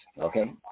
okay